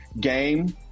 game